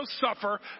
suffer